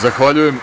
Zahvaljujem.